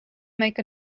make